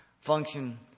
function